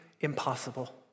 Impossible